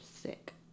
Sick